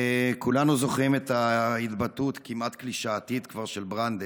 כולנו זוכרים את ההתבטאות הכמעט-קלישאתית כבר של ברנדייס,